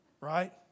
Right